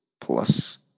plus